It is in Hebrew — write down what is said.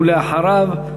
ואחריו,